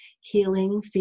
healing